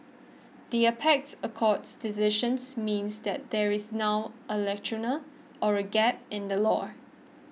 the apex a court's decisions means that there is now a lacuna or a gap in the law